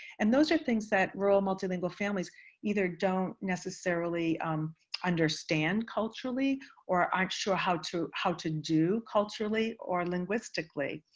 and those are things that rural multilingual families either don't necessarily um understand culturally or aren't sure how to how to do culturally or linguistically.